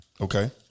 Okay